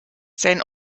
sein